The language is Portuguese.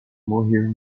morrer